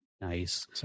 Nice